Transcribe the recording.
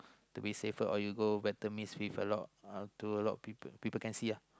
to be safer or you go better miss with a lot to a lot of people people can see ah